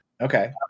Okay